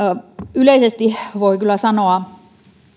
yleisesti voi kyllä sanoa